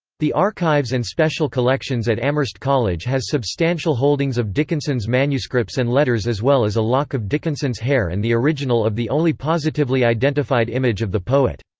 the archives and special collections at amherst college has substantial holdings of dickinson's manuscripts and letters as well as a lock of dickinson's hair and the original of the only positively identified image of the poet.